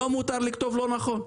לא מותר לכתוב לא נכון.